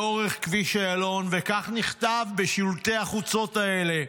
לאורך כביש איילון, וכך נכתב בשלטי החוצות האלה: